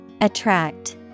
attract